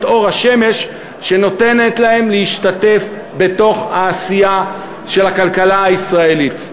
אור השמש שנותנת להם להשתתף בתוך העשייה של הכלכלה הישראלית.